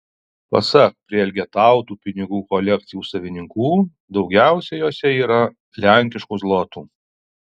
pasak prielgetautų pinigų kolekcijų savininkų daugiausiai jose yra lenkiškų zlotų